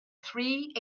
three